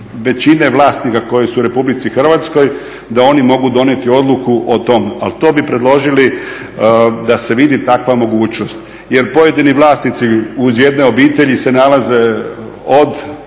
većine vlasnika koji su u RH, da oni mogu donijeti odluku o tome, ali to bi predložili da se vidi takva mogućnost jer pojedini vlasnici uz jedne obitelji se nalaze od